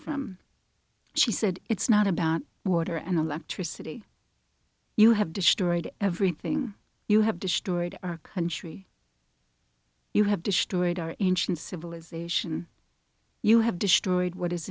from she said it's not about water and electricity you have destroyed everything you have destroyed our country you have destroyed our engine civilization you have destroyed what is